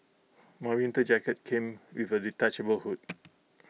my winter jacket came with A detachable hood